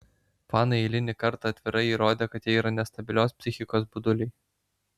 fanai eilinį kartą atvirai įrodė kad jie yra nestabilios psichikos buduliai